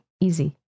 easy